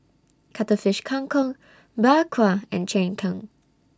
Cuttlefish Kang Kong Bak Kwa and Cheng Tng